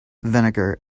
vinegar